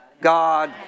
God